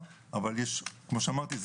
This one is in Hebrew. אבל כפי שאמרתי,